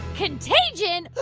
contagion?